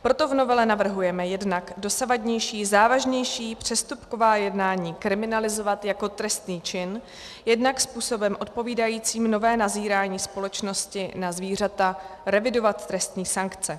Proto v novele navrhujeme jednak dosavadní závažnější přestupková jednání kriminalizovat jako trestný čin, jednak způsobem odpovídajícím novému nazírání společnosti na zvířata revidovat trestní sankce.